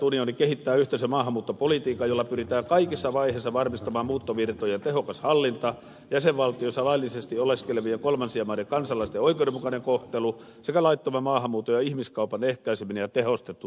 unioni kehittää yhteisen maahanmuuttopolitiikan jolla pyritään kaikissa vaiheissa varmistamaan muuttovirtojen tehokas hallinta jäsenvaltioissa laillisesti oleskelevien kolmansien maiden kansalaisten oikeudenmukainen kohtelu sekä laittoman maahanmuuton ja ihmiskaupan ehkäiseminen ja tehostettu torjunta